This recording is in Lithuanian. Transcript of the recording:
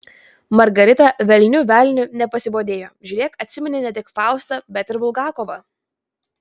margarita velnių velniu nepasibodėjo žiūrėk atsimeni ne tik faustą bet ir bulgakovą